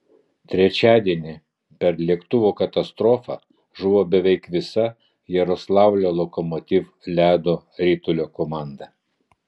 trečiadienį per lėktuvo katastrofą žuvo beveik visa jaroslavlio lokomotiv ledo ritulio komanda